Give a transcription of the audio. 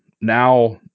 now